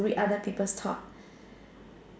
read other people's thought